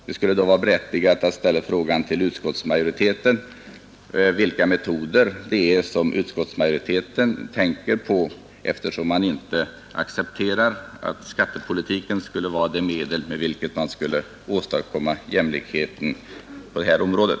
Det skulle då vara berättigat att fråga vilka metoder utskottsmajoriteten tänker på, eftersom man inte accepterar att skattepolitiken är det medel genom vilket man skulle kunna åstadkomma jämlikhet på detta område.